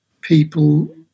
people